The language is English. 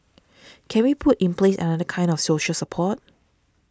can we put in place another kind of social support